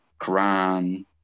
Quran